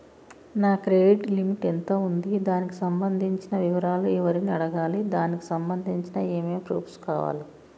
నా credit limit ఎంత ఉంది? దానికి సంబంధించిన వివరాలు ఎవరిని అడగాలి? దానికి సంబంధించిన ఏమేం ప్రూఫ్స్ కావాలి?